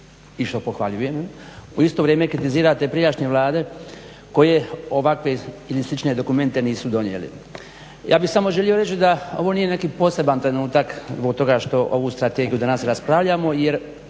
i što pohvaljujem u isto vrijeme kritizirate prijašnje Vlade koje ovakve ili slične dokumente nisu donijeli. Ja bih samo želio reći da ovo nije neki poseban trenutak zbog toga što ovu strategiju danas raspravljamo, jer